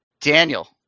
Daniel